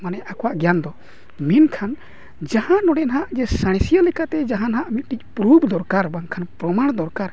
ᱢᱟᱱᱮ ᱟᱠᱚᱣᱟᱜ ᱜᱮᱭᱟᱱ ᱫᱚ ᱢᱮᱱᱠᱷᱟᱱ ᱡᱟᱦᱟᱸ ᱱᱚᱰᱮ ᱱᱟᱦᱟᱜ ᱥᱟᱬᱮᱥᱤᱭᱟᱹ ᱞᱮᱠᱟᱛᱮ ᱡᱟᱦᱟᱸ ᱱᱟᱦᱟᱜ ᱢᱤᱫᱴᱤᱡ ᱯᱷᱩᱨᱩᱯ ᱫᱚᱨᱠᱟᱨ ᱵᱟᱝ ᱠᱷᱟᱱ ᱯᱨᱚᱢᱟᱱ ᱫᱚᱨᱠᱟᱨ